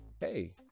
hey